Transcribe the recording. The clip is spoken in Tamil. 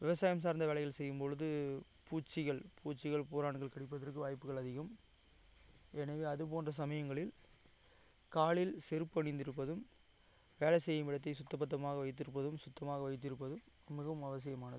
விவசாயம் சார்ந்த வேலைகள் செய்யும்பொழுது பூச்சிகள் பூச்சிகள் பூரான்கள் கடிப்பதற்கு வாய்ப்புகள் அதிகம் எனவே அது போன்ற சமயங்களில் காலில் செருப்பு அணிந்துருப்பதும் வேலை செய்யும் இடத்தை சுத்த பத்தமாக வைத்திருப்பதும் சுத்தமாக வைத்திருப்பதும் மிகவும் அவசியமானது